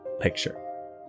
picture